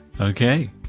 okay